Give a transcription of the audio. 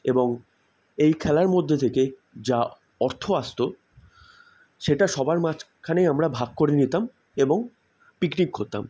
এবং এই খেলার মধ্যে থেকে যা অর্থ আসতো সেটা সবার মাঝখানেই আমরা ভাগ করে নিতাম এবং পিকনিক করতাম